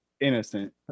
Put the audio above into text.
innocent